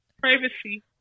privacy